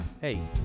Hey